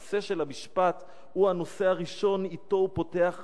הנושא של המשפט הוא הנושא הראשון שאתו הוא פותח,